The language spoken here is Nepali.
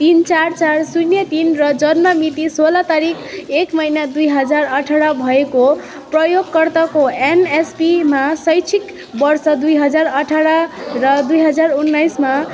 तिन चार चार शून्य तिन र जन्ममिति सोह्र तारिक एक महिना दुई हजार अठार भएको प्रयोगकर्ताको एनएसपीमा शैक्षिक वर्ष दुई हजार अठार र दुई हजार उन्नाइसमा